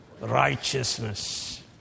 Righteousness